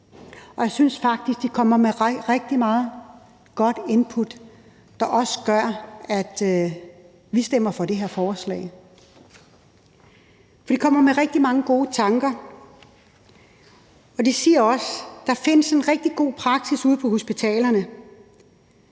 Og jeg synes faktisk, de kommer med rigtig meget godt input, der også gør, at vi stemmer for det her forslag. For de kommer med rigtig mange gode tanker, og de siger også, at der findes en rigtig god praksis ude på hospitalerne.